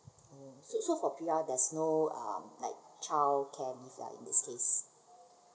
orh so so for P_R there is no um like childcare leave uh in this case